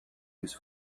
use